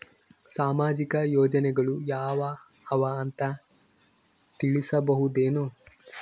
ಸಾಮಾಜಿಕ ಯೋಜನೆಗಳು ಯಾವ ಅವ ಅಂತ ತಿಳಸಬಹುದೇನು?